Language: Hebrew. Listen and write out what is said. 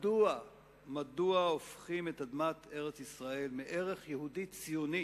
מדוע הופכים את אדמת ארץ-ישראל מערך יהודי ציוני